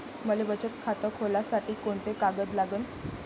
मले बचत खातं खोलासाठी कोंते कागद लागन?